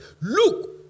look